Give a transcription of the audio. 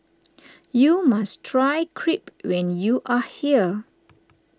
you must try Crepe when you are here